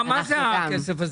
מה זה הכסף הזה?